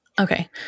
Okay